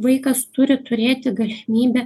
vaikas turi turėti galimybę